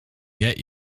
get